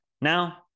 Now